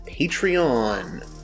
Patreon